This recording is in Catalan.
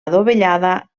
adovellada